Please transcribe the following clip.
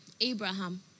Abraham